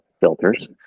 filters